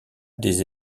des